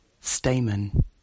Stamen